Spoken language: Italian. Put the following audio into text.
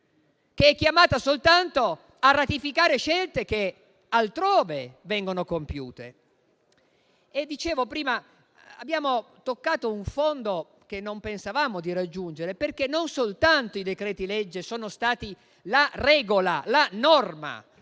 che è chiamata soltanto a ratificare scelte che altrove vengono compiute. Dicevo prima che abbiamo toccato un fondo che non pensavamo di raggiungere, perché non soltanto i decreti-legge sono stati la regola, la norma,